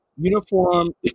Uniform